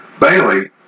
Bailey